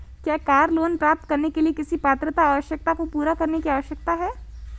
क्या car loan प्राप्त करने के लिए किसी पात्रता आवश्यकता को पूरा करने की आवश्यकता है?